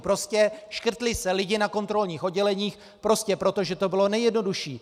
Prostě škrtli se lidi na kontrolních odděleních prostě proto, že to bylo nejjednodušší.